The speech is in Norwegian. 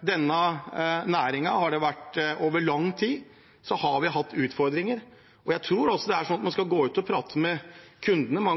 denne næringen har vi hatt utfordringer over lang tid. Jeg tror man skal gå ut og prate med kundene.